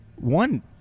one